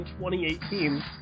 2018